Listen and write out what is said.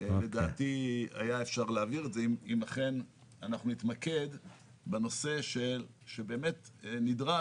לדעתי היה אפשר להעביר את זה אם אכן אנחנו נתמקד בנושא שבאמת נדרש,